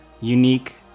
unique